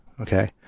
okay